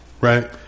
right